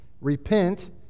Repent